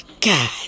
God